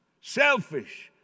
selfish